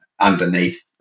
underneath